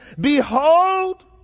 behold